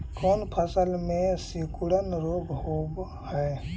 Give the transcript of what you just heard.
कोन फ़सल में सिकुड़न रोग होब है?